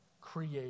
create